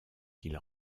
qu’il